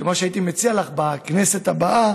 שמה שהייתי מציע לך לכנסת הבאה